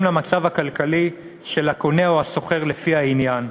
למצב הכלכלי של הקונה או השוכר לפי העניין.